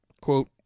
Quote